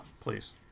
please